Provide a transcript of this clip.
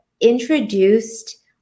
introduced